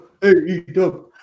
AEW